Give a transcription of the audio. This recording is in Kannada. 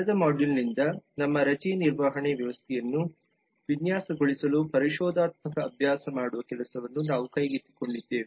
ಕಳೆದ ಮಾಡ್ಯೂಲ್ನಿಂದ ನಮ್ಮ ರಜೆ ನಿರ್ವಹಣೆ ವ್ಯವಸ್ಥೆಯನ್ನು ವಿನ್ಯಾಸಗೊಳಿಸಲು ಪರಿಶೋಧನಾತ್ಮಕ ಅಭ್ಯಾಸ ಮಾಡುವ ಕೆಲಸವನ್ನು ನಾವು ಕೈಗೆತ್ತಿಕೊಂಡಿದ್ದೇವೆ